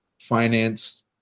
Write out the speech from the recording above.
finance